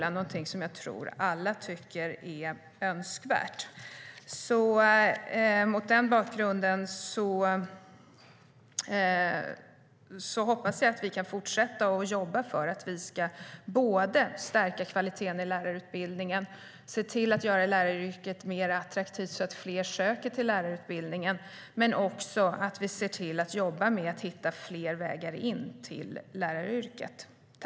Det är någonting som jag tror att alla tycker är önskvärt. Mot den bakgrunden hoppas jag att vi kan fortsätta att jobba för att både stärka kvaliteten i lärarutbildningen och se till att göra läraryrket mer attraktivt så att fler söker till lärarutbildningen. Vi måste också se till att jobba med att hitta fler vägar in till läraryrket.